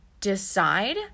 decide